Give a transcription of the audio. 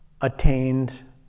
attained